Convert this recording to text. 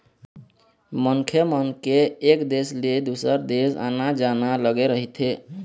मनखे मन के एक देश ले दुसर देश आना जाना लगे रहिथे